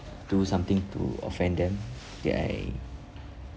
do something to offend them did I